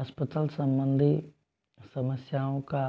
अस्पताल सम्बन्धी समस्याओं का